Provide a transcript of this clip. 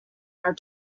are